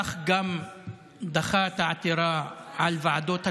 וכך גם דחה את העתירה על חוק ועדות הקבלה,